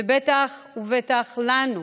בטח ובטח לנו,